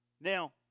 Now